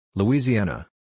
Louisiana